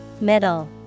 Middle